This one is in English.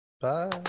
Bye